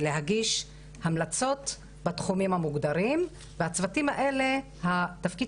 להגיש המלצות בתחומים המוגדרים והצוותים האלה התפקיד